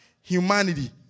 humanity